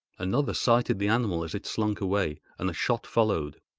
another sighted the animal as it slunk away, and a shot followed.